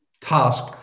task